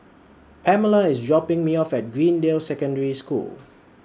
Pamella IS dropping Me off At Greendale Secondary School